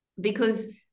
because-